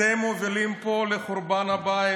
אתם מובילים פה לחורבן הבית,